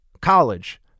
college